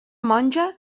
monja